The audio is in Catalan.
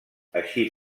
així